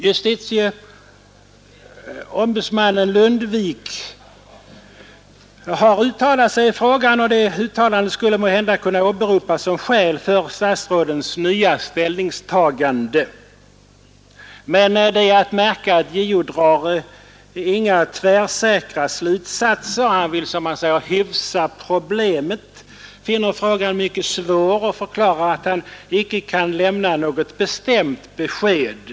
Justitieombudsmannen Ulf Lundvik har också uttalat sig i frågan, och det uttalandet skulle måhända kunna åberopas som skäl för statsrådens nya ställningstagande. Men det är att märka att JO inte drar några tvärsäkra slutsatser. Han vill, som han säger, ”hyfsa problemet”, finner frågan ”mycket svår” och förklarar att han ”icke kan lämna något bestämt besked”.